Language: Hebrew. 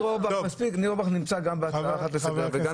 --- הקשבתי בקשב רב גם לחברת הכנסת סטרוק וגם